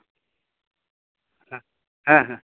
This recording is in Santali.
ᱦᱮᱸ ᱦᱮᱸ